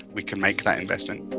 we can make that investment.